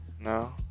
no